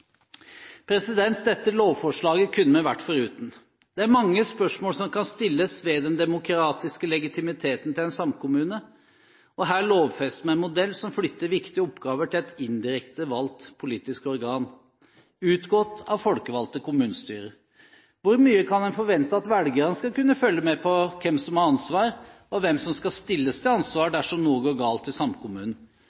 Dette lovforslaget kunne vi vært foruten. Det er mange spørsmål som kan stilles ved den demokratiske legitimiteten til en samkommune. Her lovfester vi en modell som flytter viktige oppgaver til et indirekte valgt politisk organ, utgått av folkevalgte kommunestyrer. Hvor mye kan en forvente at velgerne skal kunne følge med på hvem som har ansvar, og hvem som skal stilles til ansvar